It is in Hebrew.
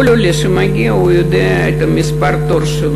כל עולה שמגיע יודע את מספרו בתור.